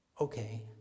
Okay